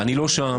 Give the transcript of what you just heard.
אני לא שם,